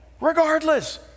Regardless